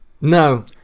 No